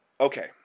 Okay